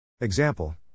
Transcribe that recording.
Example